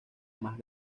más